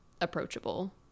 approachable